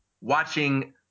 watching